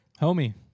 Homie